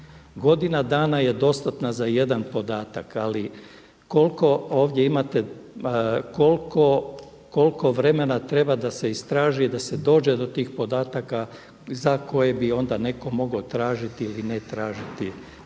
Godina dana je dostatna za jedan podatak ali koliko ovdje imate, koliko, koliko vremena treba da se istraži i da se dođe do tih podataka za koje bi onda netko mogao tražiti ili ne tražiti